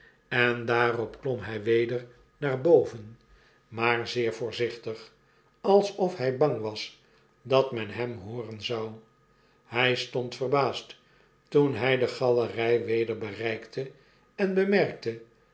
en daarop klom hg weder naar boven maar zeer voorzichtig alsofhg bang was dat men hem hooren zou hg stond verbaasd toen hg de galerg weder bereikte en bemerkte